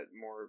more